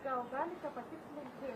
gal galite patikslinti